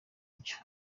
byo